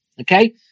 Okay